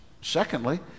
Secondly